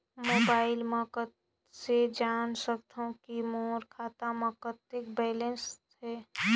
Mobile म कइसे जान सकथव कि मोर खाता म कतेक बैलेंस से?